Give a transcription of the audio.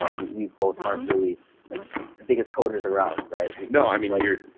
ah we both aren't really ah the biggest coders around, right? no. i mean, like you're,